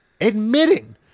admitting